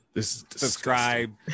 subscribe